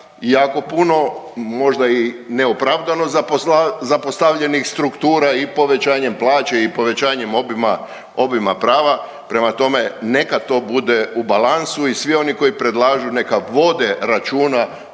jako puno. Možda i neopravdano zapostavljenih struktura i povećanjem plaće i povećanjem obima, obima prava. Prema tome neka to bude u balansu i svi oni koji predlažu neka vode računa